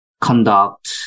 conduct